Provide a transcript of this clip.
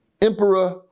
Emperor